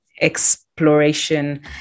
exploration